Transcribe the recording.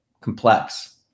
complex